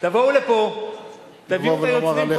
לבוא ולומר עליך "חנון".